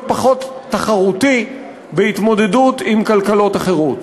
פחות תחרותי בהתמודדות עם כלכלות אחרות.